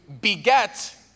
beget